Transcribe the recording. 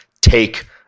take